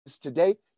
today